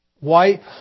wipe